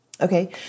Okay